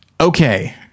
Okay